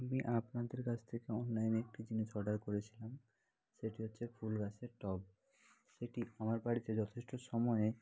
আমি আপনাদের কাছ থেকে অনলাইনে একটি জিনিস অর্ডার করেছিলাম সেটি হচ্ছে ফুলগাছের টব সেটি আমার বাড়িতে যথেষ্ট সময়ে